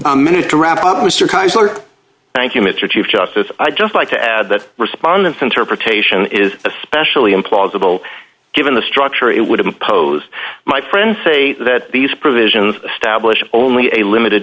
kaiser thank you mr chief justice i just like to add that respondents interpretation is especially implausible given the structure it would impose my friends say that these provisions stablish only a limited